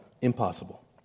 Impossible